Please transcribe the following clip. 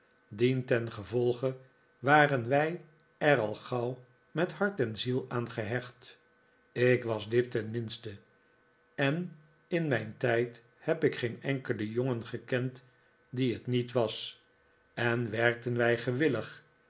dientengevolge waren wij er al gauw met hart en ziel aan gehecht ik was dit tenminste en in mijn tijd heb ik geen enkelen jongen gekend die het niet was en werkten wij gewillig